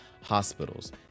hospitals